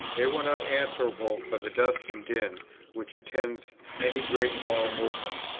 they were not answerable for the dust and din which attends any great moral movement.